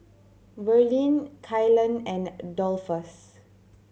Verlene Kylan and Dolphus